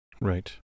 right